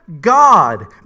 God